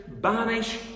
banish